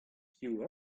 piv